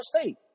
State